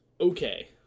okay